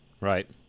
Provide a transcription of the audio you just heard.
Right